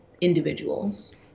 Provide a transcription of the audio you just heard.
individuals